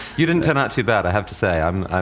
you didn't turn out too bad, i have to say, i'm.